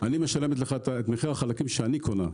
אני משלמת לך את מחיר החלקים שאני קונה,